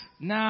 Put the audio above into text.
Now